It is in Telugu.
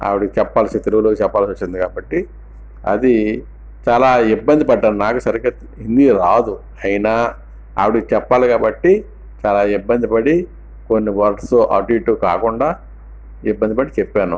ఆవిడకి చెప్పాల్సి తెలుగులోకి చెప్పాల్సి వచ్చింది కాబట్టి అది చాలా ఇబ్బంది పడ్డాను నాకే సరిగ్గా హిందీ రాదు అయినా ఆవిడకి చెప్పాలి కాబట్టి చాలా ఇబ్బందిపడి కొన్ని వర్డ్స్ అటుఇటు కాకుండా ఇబ్బందిపడి చెప్పాను